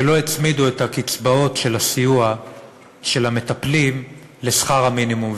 שלא הצמידו את הקצבאות של הסיוע בשל המטפלים לשכר המינימום,